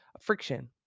friction